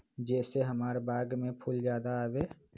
जे से हमार बाग में फुल ज्यादा आवे?